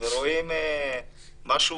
ורואים משהו,